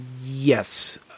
yes